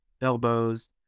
elbows